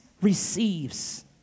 receives